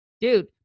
Dude